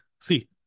see